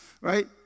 right